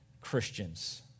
Christians